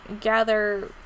gather